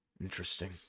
Interesting